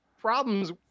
problems